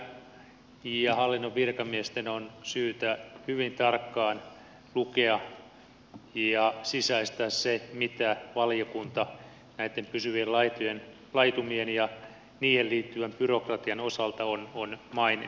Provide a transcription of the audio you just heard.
ministeriön ja hallinnon virkamiesten on syytä hyvin tarkkaan lukea ja sisäistää se mitä valiokunta näitten pysyvien laitumien ja niihin liittyvän byrokratian osalta on maininnut